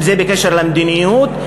אם בקשר למדיניות,